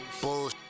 bull